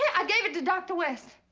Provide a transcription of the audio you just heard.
i gave it to dr. west.